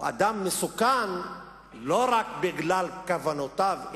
הוא אדם מסוכן לא רק בגלל כוונותיו,